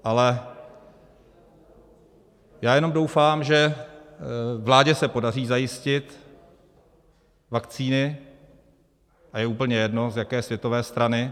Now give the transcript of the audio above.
Ale já jenom doufám, že vládě se podaří zajistit vakcíny, a je úplně jedno, z jaké světové strany.